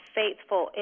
faithful